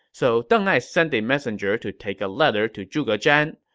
so deng ai sent a messenger to take a letter to zhuge zhan.